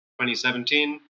2017